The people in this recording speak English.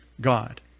God